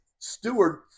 Steward